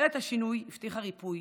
ממשלת השינוי הבטיחה ריפוי,